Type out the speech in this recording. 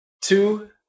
Two